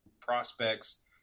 prospects